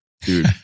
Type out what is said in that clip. dude